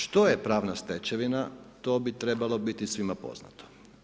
Što je pravna stečevina, to bi trebalo biti svima poznato.